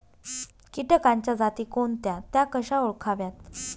किटकांच्या जाती कोणत्या? त्या कशा ओळखाव्यात?